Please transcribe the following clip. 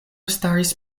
staris